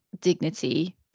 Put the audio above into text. dignity